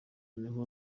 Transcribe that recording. niho